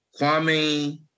Kwame